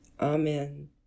Amen